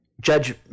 Judge